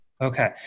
Okay